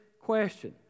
question